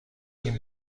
این